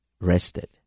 rested